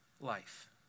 life